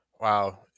Wow